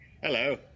hello